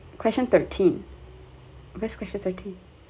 question thirteen where's question thirteen